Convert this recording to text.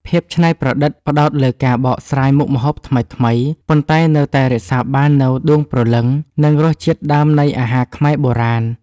ភាពច្នៃប្រឌិត ផ្ដោតលើការបកស្រាយមុខម្ហូបថ្មីៗ ប៉ុន្តែនៅតែរក្សាបាននូវដួងព្រលឹង និងរសជាតិដើមនៃអាហារខ្មែរបុរាណ។